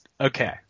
okay